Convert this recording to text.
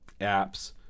apps